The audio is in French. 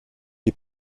les